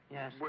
Yes